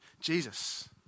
Jesus